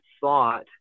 thought